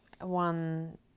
one